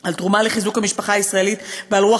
על תרומה לחיזוק המשפחה הישראלית ועל רוח